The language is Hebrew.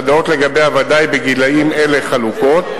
שהדעות לגביה, בוודאי בגילים האלה, חלוקות,